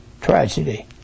Tragedy